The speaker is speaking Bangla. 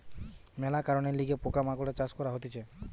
মেলা কারণের লিগে পোকা মাকড়ের চাষ করা হতিছে